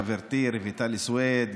חברתי רויטל סויד,